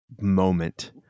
moment